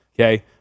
okay